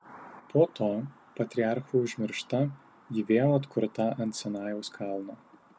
po to patriarchų užmiršta ji vėl atkurta ant sinajaus kalno